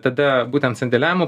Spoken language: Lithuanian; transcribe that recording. tada būtent sandėliavimu